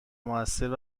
موثرتر